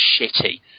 shitty